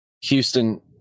houston